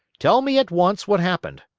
tell me at once what happened.